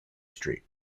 street